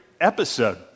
episode